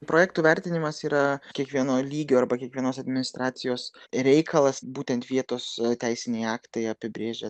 projektų vertinimas yra kiekvieno lygio arba kiekvienos administracijos reikalas būtent vietos teisiniai aktai apibrėžia